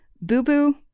Boo-boo